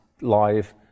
live